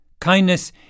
Kindness